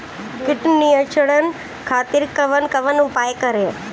कीट नियंत्रण खातिर कवन कवन उपाय करी?